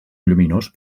lluminós